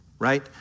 Right